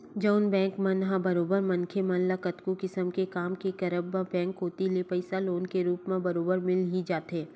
जउन बेंक मन ह बरोबर मनखे मन ल कतको किसम के काम के करब म बेंक कोती ले पइसा लोन के रुप म बरोबर मिल ही जाथे